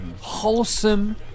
wholesome